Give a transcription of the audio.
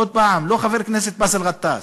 עוד פעם, לא חבר הכנסת באסל גטאס,